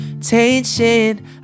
tension